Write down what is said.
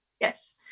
Yes